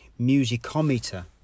musicometer